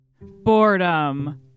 Boredom